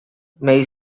may